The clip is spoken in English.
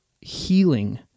healing